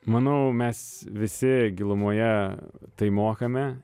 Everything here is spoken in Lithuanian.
manau mes visi gilumoje tai mokame